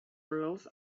rules